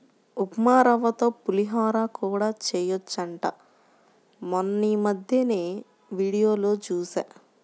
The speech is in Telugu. ఉప్మారవ్వతో పులిహోర కూడా చెయ్యొచ్చంట మొన్నీమద్దెనే వీడియోలో జూశా